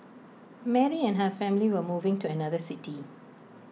Mary and her family were moving to another city